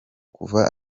kuva